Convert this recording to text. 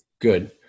good